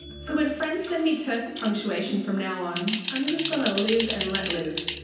so when friends send me terse punctuation from now on, i'm just going to live and let live.